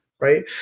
right